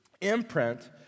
imprint